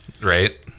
Right